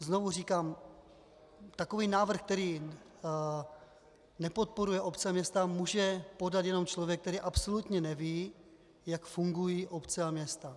Znovu říkám, takový návrh, který nepodporuje obce a města, může podat jenom člověk, který absolutně neví, jak fungují obce a města.